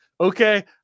Okay